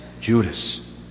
Judas